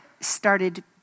started